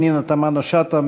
פנינה תמנו-שטה,